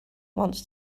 wants